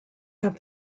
have